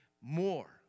more